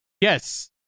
Yes